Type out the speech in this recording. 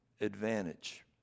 advantage